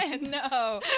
No